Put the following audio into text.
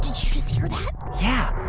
just hear that? yeah.